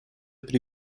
при